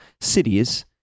cities